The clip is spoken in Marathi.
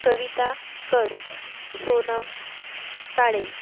कविता कड सोनम काळे